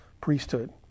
priesthood